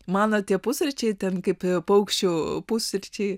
mano tie pusryčiai kaip paukščių pusryčiai